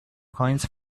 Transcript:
coins